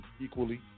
equally